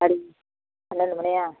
சரி பன்னெரெண்டு மணியா